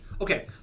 Okay